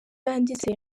yanditse